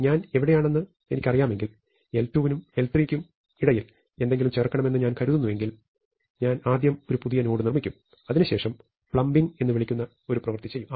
ഞാൻ എവിടെയാണെന്ന് എനിക്കറിയാമെങ്കിൽ l2 നും l3 നും ഇടയിൽ എന്തെങ്കിലും ചേർക്കണമെന്ന് ഞാൻ കരുതുന്നുവെങ്കിൽ ഞാൻ ആദ്യം ഒരു പുതിയ നോഡ് നിർമ്മിക്കും അതിനുശേഷം പ്ലംബിംഗ് എന്ന് വിളിക്കുന്ന ഒരു പ്രവർത്തിചെയ്യും